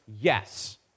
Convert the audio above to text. yes